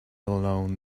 alone